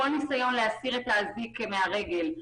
כל ניסיון להסיר את האזיק מהרגל,